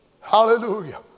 Hallelujah